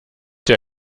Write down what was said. dir